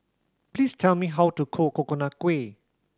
please tell me how to cook Coconut Kuih